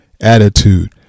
attitude